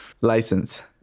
License